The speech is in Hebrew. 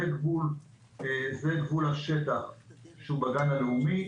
זה גבול השטח שהוא בגן הלאומי.